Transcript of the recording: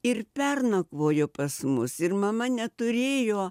ir pernakvojo pas mus ir mama neturėjo